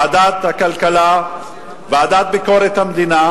ועדת הכלכלה וועדת ביקורת המדינה,